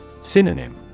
Synonym